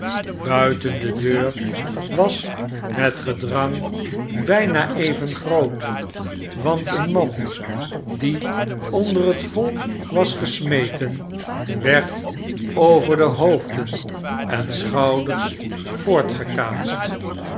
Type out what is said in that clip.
buiten de deur was het gedrang bijna even groot want eene mand die onder het volk was gesmeten werd over hoofden en schouders